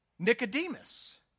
Nicodemus